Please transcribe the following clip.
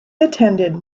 attended